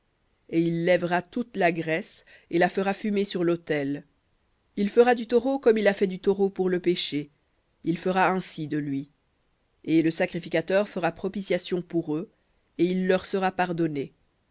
et il lèvera toute la graisse et la fera fumer sur lautel il fera du taureau comme il a fait du taureau pour le péché il fera ainsi de lui et le sacrificateur fera propitiation pour eux et il leur sera pardonné